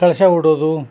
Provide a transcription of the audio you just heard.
ಕಲಶ ಇಡೋದು